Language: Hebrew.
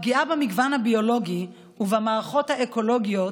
הפגיעה במגוון הביולוגי ובמערכות אקולוגיות